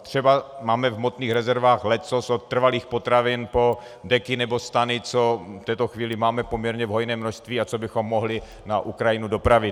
Třeba máme v hmotných rezervách leccos, od trvalých potravin po deky nebo stany, co v této chvíli máme v poměrně hojném množství a co bychom mohli na Ukrajinu dopravit.